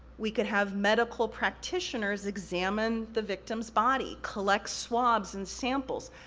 we could have medical practitioners examine the victim's body, collect swabs and samples.